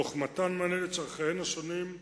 תוך מתן מענה לצורכיהן השונים,